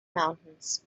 mountains